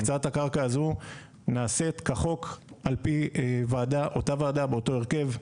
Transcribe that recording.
הקצאת הקרקע הזאת נעשית כחוק על פי אותה ועדה באותו הרכב.